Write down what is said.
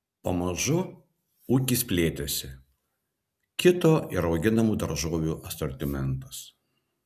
pamažu ūkis plėtėsi kito ir auginamų daržovių asortimentas